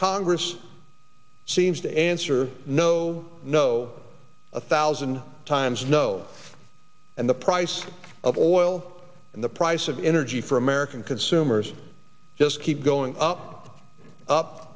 congress seems to answer no no a thousand times no and the price of oil and the price of energy for american consumers just keep going up up